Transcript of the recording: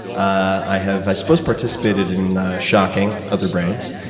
i have, i suppose, participated in shocking other brains,